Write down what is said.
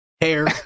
hair